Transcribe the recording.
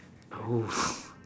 !oo!